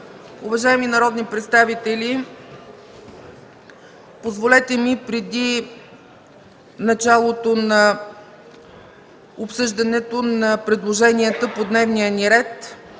Уважаеми народни представители, позволете ми преди началото на обсъждането на предложенията по дневния ни ред